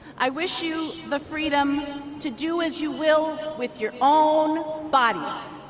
i wish you the freedom to do as you will with your own bodies.